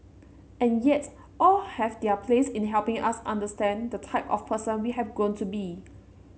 and yet all have their place in helping us understand the type of person we have grown to be